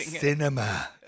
cinema